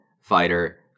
fighter